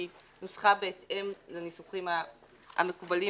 והיא נוסחה בהתאם לניסוחים המקובלים,